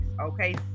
okay